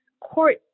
court